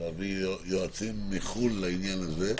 להביא יועצים מחו"ל לעניין הזה,